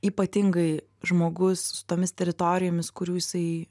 ypatingai žmogus su tomis teritorijomis kurių jisai